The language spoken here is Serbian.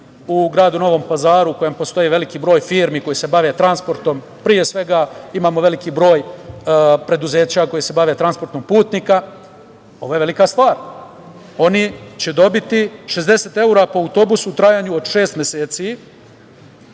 u gradu Novom Pazaru u kojem postoji veliki broj firmi koje se bave transportom, pre svega imamo veliki broj preduzeća koja se bave transportom putnika, ovo je velika stvar. Oni će dobiti 60 evra po autobusu u trajanju od šest meseci,